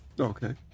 Okay